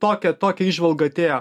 tokia tokia įžvalga atėjo